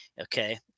okay